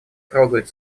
трогает